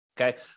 Okay